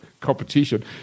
competition